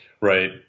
Right